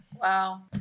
Wow